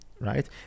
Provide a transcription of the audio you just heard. Right